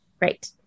right